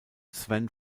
sven